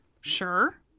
Sure